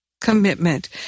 commitment